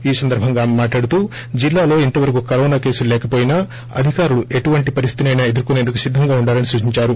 ఈ సందర్బంగా ఆమె మాట్లాడుతూ జిల్లాలో ఇంతవరకు కరోనా కేసులు లేకపోయినా అధికారులు ఎటువంటి పరిస్లేతినైనా ఎదుర్కొనేందుకు సిద్దంగా ఉండాలని సూచిందారు